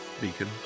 Beacon